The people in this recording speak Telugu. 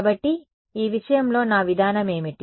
కాబట్టి ఈ విషయంలో నా విధానం ఏమిటి